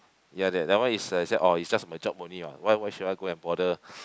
ya that that one is uh say is just my job only what why why should I go and bother